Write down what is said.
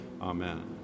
Amen